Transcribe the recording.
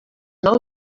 nou